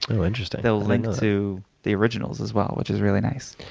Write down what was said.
and oh, interesting. they'll link to the originals as well, which is really nice.